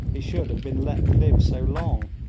he should have been let live so long.